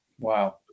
Wow